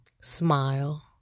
Smile